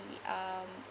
um